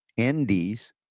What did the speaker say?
NDs